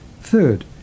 Third